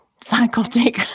psychotic